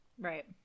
Right